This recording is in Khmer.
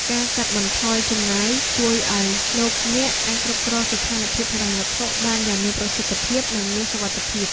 ការកាត់បន្ថយចំណាយជួយឱ្យលោកអ្នកអាចគ្រប់គ្រងស្ថានភាពហិរញ្ញវត្ថុបានយ៉ាងមានប្រសិទ្ធភាពនិងមានសុវត្ថិភាព។